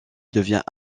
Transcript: devient